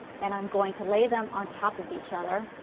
and i'm going to lay them on top of each other,